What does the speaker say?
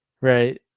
Right